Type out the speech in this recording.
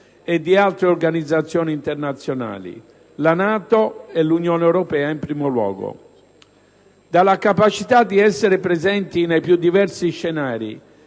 e di altre organizzazioni internazionali: la Nato e l'Unione europea in primo luogo. Dalla capacità di essere presenti nei più diversi scenari